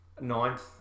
ninth